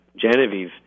Genevieve